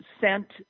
sent